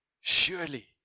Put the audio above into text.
Surely